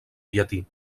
llatí